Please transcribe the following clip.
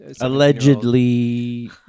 allegedly